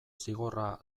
zigorra